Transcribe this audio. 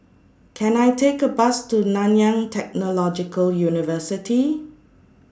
Can I Take A Bus to Nanyang Technological University